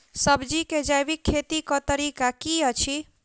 सब्जी केँ जैविक खेती कऽ तरीका की अछि?